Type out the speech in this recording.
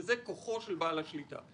וזה כוחו של בעל השליטה.